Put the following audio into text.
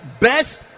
best